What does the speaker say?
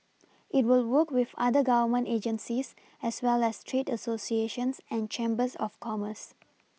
it will work with other Government agencies as well as trade Associations and chambers of commerce